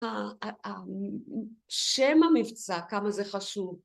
שם המבצע כמה זה חשוב